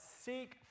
seek